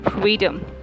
freedom